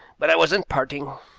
but i wasn't parting.